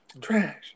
Trash